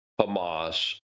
Hamas